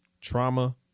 trauma